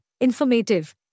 informative